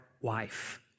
wife